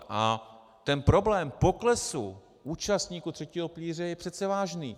A ten problém poklesu účastníků třetího pilíře je přece vážný.